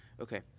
Okay